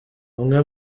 umwe